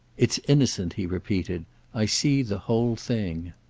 it's innocent, he repeated i see the whole thing.